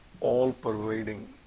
all-pervading